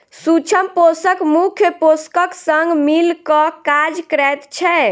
सूक्ष्म पोषक मुख्य पोषकक संग मिल क काज करैत छै